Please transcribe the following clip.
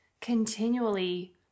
continually